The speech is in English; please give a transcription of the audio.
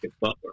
Butler